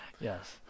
Yes